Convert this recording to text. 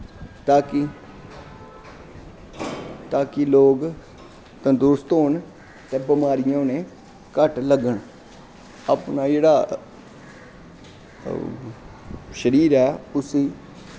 तां कि लोग तंदरुस्त होन ते बमारियां उ'नें गी घट्ट लग्गन अपना जेह्ड़ा शरीर ऐ उस्सी